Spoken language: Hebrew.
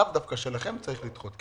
לאו דווקא שלכם, צריך לדחות.